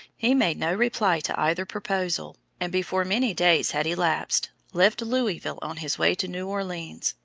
he made no reply to either proposal, and before many days had elapsed, left louisville on his way to new orleans,